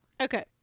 Okay